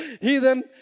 Heathen